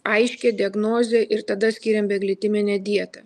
aiškią diagnozę ir tada skyrėm beglitiminę dietą